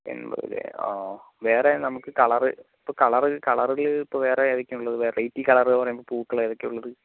എൺമ്പത് അല്ലേ ആ ആ വേറെ നമുക്ക് കളർ ഇപ്പോൾ കളർ കളറിൽ ഇപ്പോൾ വേറെ ഏതൊക്കെ ആണ് ഉള്ളത് വെറൈറ്റീ കളർ എന്ന് പറയുമ്പോൾ പൂക്കൾ ഏതൊക്കെ ആണ് ഉള്ളത്